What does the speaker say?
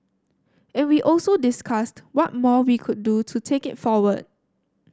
and we also discussed what more we could do to take it forward